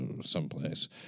someplace